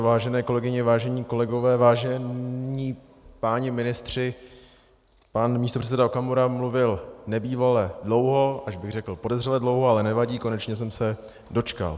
Vážené kolegyně, vážení kolegové, vážení páni ministři, pan místopředseda Okamura mluvil nebývale dlouho, až bych řekl podezřele dlouho, ale nevadí, konečně jsem se dočkal.